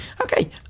okay